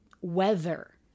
weather